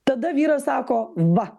tada vyras sako va